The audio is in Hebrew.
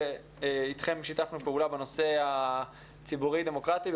איתכם שיתפנו פעולה בנושא הציבורי דמוקרטי,